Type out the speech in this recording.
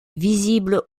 visible